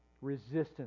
resistance